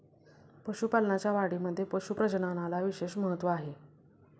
पशुपालनाच्या वाढीमध्ये पशु प्रजननाला विशेष महत्त्व आहे